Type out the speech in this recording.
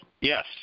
Yes